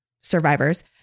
survivors